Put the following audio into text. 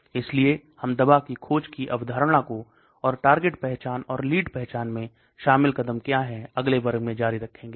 इसलिए हम दवा की खोज की अवधारणा को और टारगेट पहचान और लीड पहचान में शामिल कदम क्या हैं अगले वर्ग में जारी रखेंगे